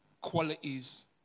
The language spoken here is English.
qualities